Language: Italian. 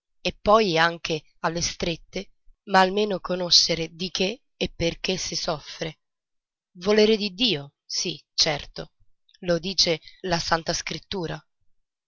e poi anche alle strette ma almeno conoscere di che e perché si soffre volere di dio sì certo lo dice la santa scrittura